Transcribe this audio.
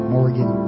Morgan